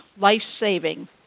life-saving